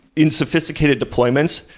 in sophisticated deployments,